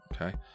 Okay